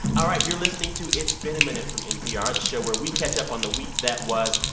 all right. you're listening to it's been a minute from npr, the show where we catch up on the week that was.